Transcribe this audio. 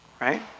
Right